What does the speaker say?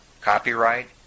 copyright